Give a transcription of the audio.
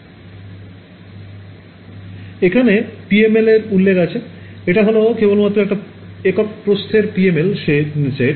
এখানে PML এর উল্লেখ আছে এটা হল কেবলমাত্র একটা একক প্রস্থের PML সেট